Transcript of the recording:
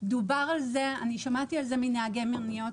דובר על זה, שמעתי על זה מנהגי מוניות.